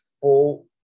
full